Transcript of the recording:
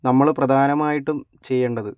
നമ്മള് പ്രധാനമായിട്ടും ചെയ്യേണ്ടത്